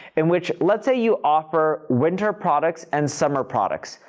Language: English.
in which, let's say you offer winter products and summer products,